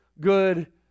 good